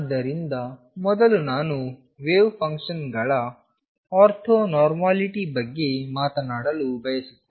ಆದ್ದರಿಂದ ಮೊದಲು ನಾನು ವೇವ್ ಫಂಕ್ಷನ್ ಗಳ ಆರ್ಥೋ ನೋರ್ಮಲಿಟಿ ಬಗ್ಗೆ ಮಾತನಾಡಲು ಬಯಸುತ್ತೇನೆ